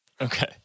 Okay